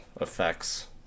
effects